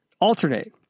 alternate